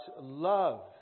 love